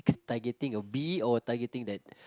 targeting a bee or targeting that